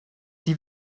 die